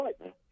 right